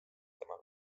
tema